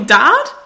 dad